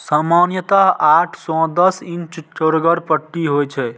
सामान्यतः आठ सं दस इंच चौड़गर पट्टी होइ छै